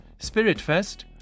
Spiritfest